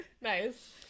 Nice